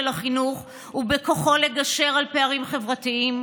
החינוך ובכוחו לגשר על פערים חברתיים.